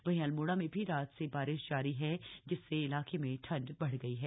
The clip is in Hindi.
वहीं अल्मोड़ा में भी रात से बारिश जारी है जिससे इलाके में ठंड बढ़ गई है